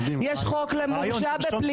יש חוק למורשע בפלילים.